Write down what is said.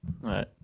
Right